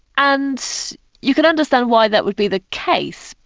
and you can understand why that would be the case,